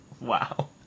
wow